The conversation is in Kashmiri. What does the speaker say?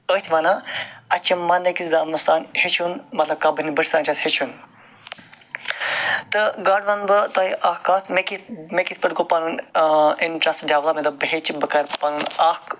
زِندگی چھِ أتھۍ وَنان اَتہِ چھِ مَرنہٕ کِس دَمَس تام ہٮ۪چھُن مطلب چھُ اَسہِ ہٮ۪چھُن تہٕ گۄڈٕ وَنہٕ اَتھ مےٚ کِتھۍ پٲٹھۍ گوٚو پَنُن اِنٹٔرسٹ ڈٮ۪وَلَپ مےٚ دوٚپ بہٕ ہٮ۪چھٕ بہٕ کرٕ پَنُن اکھ